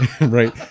right